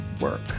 Work